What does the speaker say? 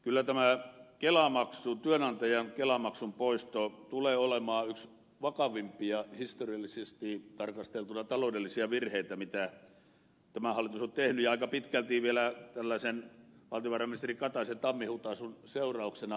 kyllä tämä työnantajan kelamaksun poisto tulee olemaan historiallisesti tarkasteltuna yksi vakavimpia taloudellisia virheitä mitä tämä hallitus on tehnyt ja aika pitkälti vielä tällaisen valtiovarainministeri kataisen tammihutaisun seurauksena